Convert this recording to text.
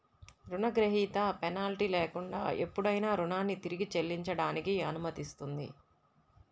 రుణగ్రహీత పెనాల్టీ లేకుండా ఎప్పుడైనా రుణాన్ని తిరిగి చెల్లించడానికి అనుమతిస్తుంది